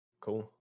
Cool